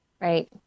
Right